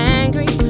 angry